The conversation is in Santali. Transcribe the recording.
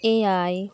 ᱮᱭᱟᱭ